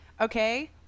Okay